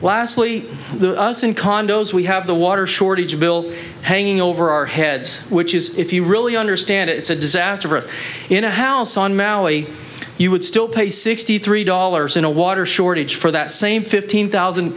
the us in condos we have the water shortage bill hanging over our heads which is if you really understand it's a disaster for us in a house on maui you would still pay sixty three dollars in a water shortage for that same fifteen thousand